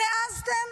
איך העזתם